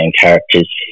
characters